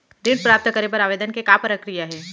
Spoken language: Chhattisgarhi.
ऋण प्राप्त करे बर आवेदन के का प्रक्रिया हे?